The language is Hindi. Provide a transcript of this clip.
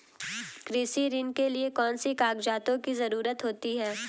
कृषि ऋण के लिऐ कौन से कागजातों की जरूरत होती है?